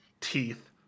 Teeth